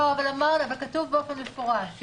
אבל זה כתוב באופן מפורש.